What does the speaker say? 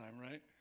right